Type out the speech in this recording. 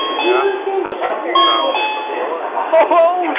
yeah. hasn't stopped you before. oh-ho,